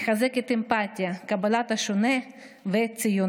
מחזקת אמפתיה, את קבלת השונה וציונות.